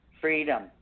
Freedom